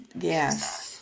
Yes